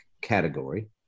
category